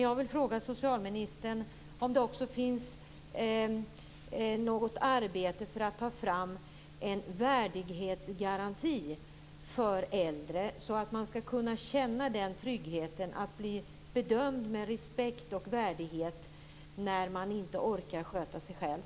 Jag vill fråga socialministern om det också pågår något arbete med att ta fram en värdighetsgaranti för äldre, så att man skall kunna känna tryggheten att bli bedömd med respekt och värdighet när man inte orkar sköta sig själv.